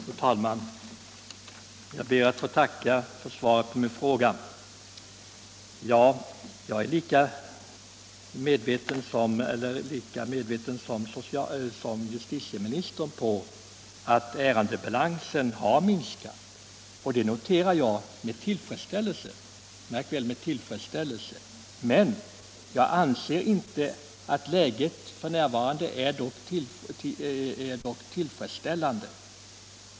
Fru talman! Jag ber att få tacka för svaret på min fråga. Jag är lika medveten som justitieministern om att ärendebalansen har minskat. Att den har gjort det noterar jag med tillfredsställelse, men jag anser ändå inte att läget f.n. är bra.